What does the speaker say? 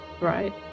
right